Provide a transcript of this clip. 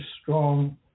strong